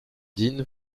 dean